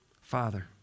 Father